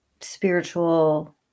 spiritual